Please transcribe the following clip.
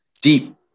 deep